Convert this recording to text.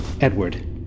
Edward